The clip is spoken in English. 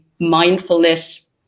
mindfulness